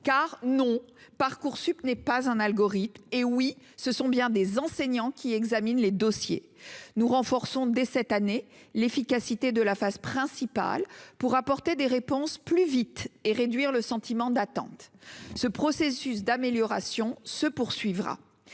non, Parcoursup n'est pas un « algorithme », ce sont bien des enseignants qui examinent les dossiers -et nous renforçons dès cette année l'efficacité de la phase principale pour apporter des réponses plus vite et réduire le sentiment d'attente. Ce processus d'amélioration se poursuivra.